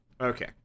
okay